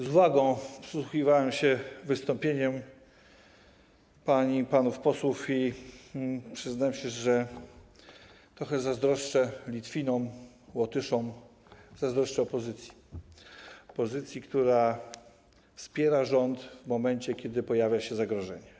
Z uwagą przysłuchiwałem się wystąpieniom pań i panów posłów i przyznam się, że trochę zazdroszczę Litwinom i Łotyszom opozycji - opozycji, która wspiera rząd w momencie, kiedy pojawia się zagrożenie.